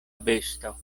besto